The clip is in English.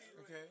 okay